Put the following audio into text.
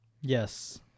Yes